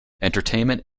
entertainment